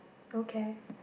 okay